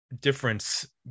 difference